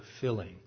filling